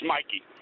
Mikey